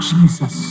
Jesus